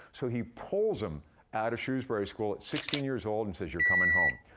so he pulls him outta shrewsbury school at sixteen years old, and says, you're comin' home.